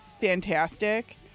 fantastic